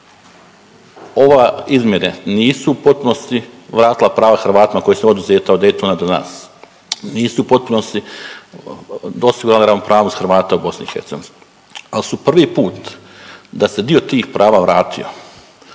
Ova izmjene nisu u potpunosti vratila prava Hrvatima koja su oduzeta od Daytona do nas, nisu u potpunosti … ravnopravnost Hrvata u BiH, al su prvi put da se dio tih prava vratio.